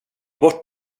bort